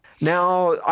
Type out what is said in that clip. Now